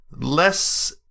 less